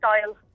style